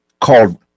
called